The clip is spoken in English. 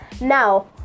Now